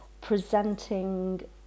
presenting